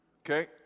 Okay